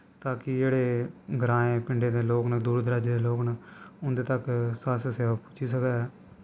ताकि जेह्ड़े ग्रांएं पिंडे दे लोग न दूर दराजें दे लोग न उंदे तक स्वास्थ सेवा पुज्जी सकै